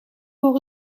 voor